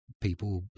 people